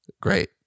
Great